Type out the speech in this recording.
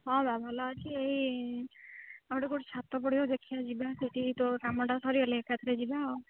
ହଁ ବା ଭଲ ଅଛି ଏହି ଆଉ ଗୋଟେ ଗୋଟେ ଛାତ ପଡ଼ିକ ଦେଖିବା ଯିବା ସେଇଠି ତ କାମଟା ସରିଗଲେ ଏକାଥରେ ଯିବା ଆଉ